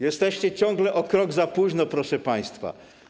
Jesteście ciągle o krok za późno, proszę państwa.